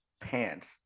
pants